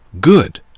good